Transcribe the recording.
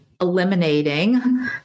eliminating